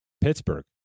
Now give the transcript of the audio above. pittsburgh